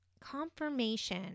confirmation